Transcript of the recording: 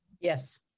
Yes